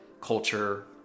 culture